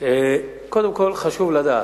קודם כול חשוב לדעת,